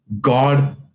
God